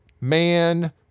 man